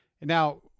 Now